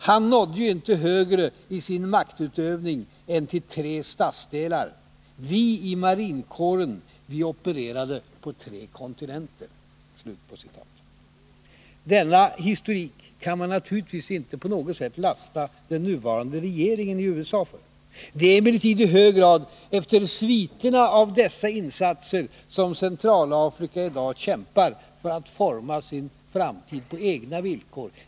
Han nådde ju inte högre i sin maktutövning än till tre stadsdelar. Vi i marinkåren, vi opererade på tre kontinenter.” Denna historik kan man naturligtvis inte på något sätt lasta den nuvarande regeringen i USA för. Det är emellertid i hög grad efter sviterna av dessa insatser som Centralamerika i dag kämpar för att forma sin framtid på egna villkor.